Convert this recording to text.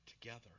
together